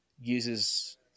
uses